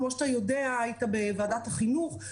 כמו שאתה יודע היית בוועדת החינוך,